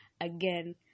again